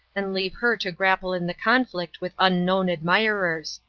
and leave her to grapple in the conflict with unknown admirers.